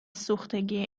سوختگی